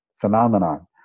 phenomenon